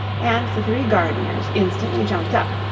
and the three gardeners instantly jumped up,